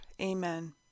Amen